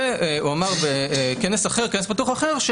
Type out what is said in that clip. והוא אמר בכנס פתוח אחר,